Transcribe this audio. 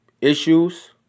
issues